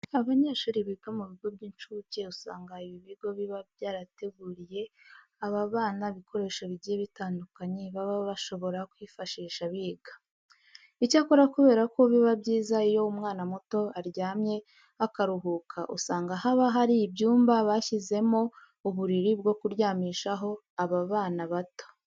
Abanyeshuri biga mu bigo by'incuke usanga ibi bigo biba byarateguriye aba bana ibikoresho bigiye bitandukanye baba bashobora kwifashisha biga. Icyakora kubera ko biba byiza iyo umwana muto aryamye akaruhuka, usanga haba hari ibyumba bashyizemo uburiri bwo kuryamishaho aba bana bato.